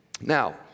Now